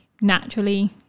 naturally